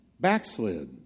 backslid